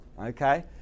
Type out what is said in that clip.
okay